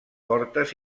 portes